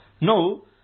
No